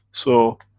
so,